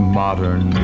modern